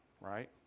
right